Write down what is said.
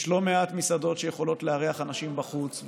יש לא מעט מסעדות שיכולות לארח אנשים בחוץ,